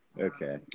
Okay